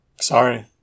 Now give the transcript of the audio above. sorry